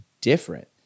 different